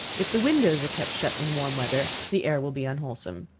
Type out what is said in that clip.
if the windows are kept shut in warm weather, the air will be unwholesome.